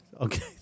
Okay